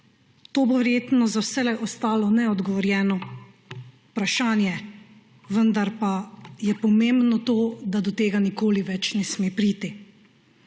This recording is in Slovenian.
To bo verjetno za vselej ostalo neodgovorjeno vprašanje, vendar je pomembno to, da do tega nikoli več ne sme priti.